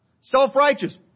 Self-righteous